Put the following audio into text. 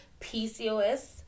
PCOS